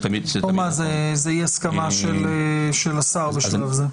תהיה הסכמה של השר בשלב זה.